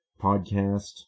podcast